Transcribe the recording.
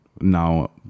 now